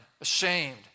ashamed